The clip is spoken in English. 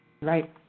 Right